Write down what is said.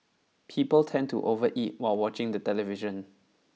people tend to overeat while watching the television